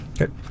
Okay